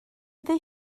ddweud